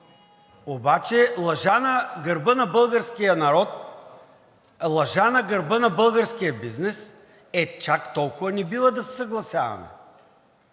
обаче лъжа на гърба на българския народ, лъжа на гърба на българския бизнес. Е, чак толкова не бива да се съгласяваме.